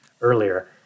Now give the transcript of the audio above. earlier